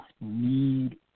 need